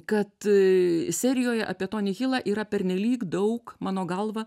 kad serijoje apie tonį hilą yra pernelyg daug mano galva